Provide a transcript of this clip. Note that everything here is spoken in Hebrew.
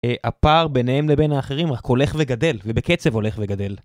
הפער ביניהם לבין האחרים רק הולך וגדל ובקצב הולך וגדל.